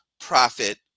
profit